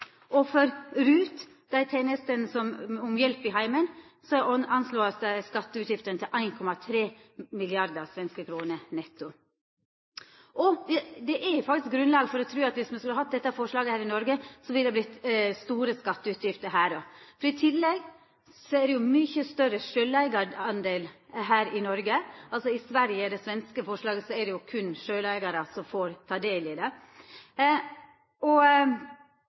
Og for RUT – altså dei tenestene som gjeld hjelp i heimen – vert skatteutgiftene rekna til 1,3 mrd. svenske kroner netto. Det er faktisk grunnlag for å tru at om ein skulle hatt dette forslaget i Noreg, så ville det ha vorte store skatteutgifter her òg. I tillegg er det mange fleire sjølveigarar her i Noreg. I det svenske forslaget er det berre sjølveigarar som får ta del i dette. Noreg har òg ei langt lågare arbeidsløyse. Det